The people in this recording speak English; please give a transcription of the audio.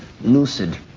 lucid